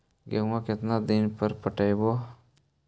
गेहूं केतना दिन पर पटइबै?